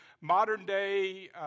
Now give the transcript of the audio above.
modern-day